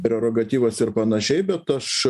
prerogatyvas ir panašiai bet aš